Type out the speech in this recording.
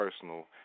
personal